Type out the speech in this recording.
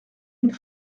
une